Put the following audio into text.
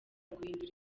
guhindura